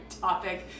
topic